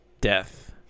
death